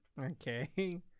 Okay